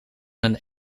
een